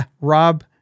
Rob